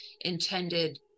intended